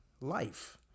life